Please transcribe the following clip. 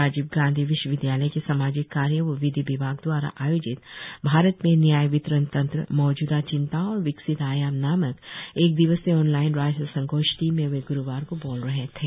राजीव गांधी विश्वविद्याल के सामाजिक कार्य व विधि विभाग द्वारा आयोजित भारत में न्याय वितरण तंत्र मौजूदा चिंताओं और विकसित आयाम नामक एक दिवसीय ओनलाईन राष्ट्रीय संगोष्ठी में वे ग्रुवार को बोल रहे थे